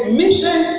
mission